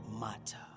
Matter